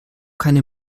keine